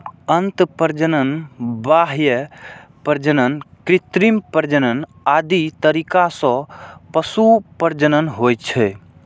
अंतः प्रजनन, बाह्य प्रजनन, कृत्रिम प्रजनन आदि तरीका सं पशु प्रजनन होइ छै